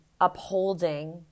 upholding